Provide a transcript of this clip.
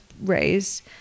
raised